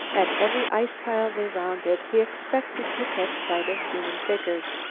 at every ice-pile they rounded, he expected to catch sight of human figures.